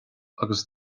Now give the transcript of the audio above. agus